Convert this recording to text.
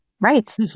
Right